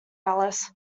alice